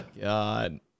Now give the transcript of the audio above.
God